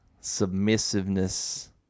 submissiveness